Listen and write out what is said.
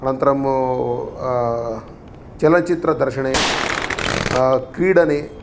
अनन्तरम् चलचित्रदर्शने क्रीडने